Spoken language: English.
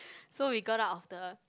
so we got out of the